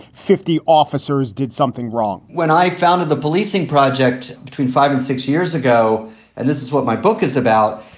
fifty officers did something wrong when i founded the policing project between five and six years ago and this is what my book is about,